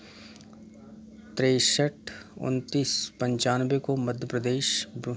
तिरेसठ उन्नतीस पंचानवे को मध्यप्रदेश